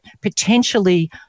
potentially